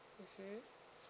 mmhmm